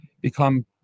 become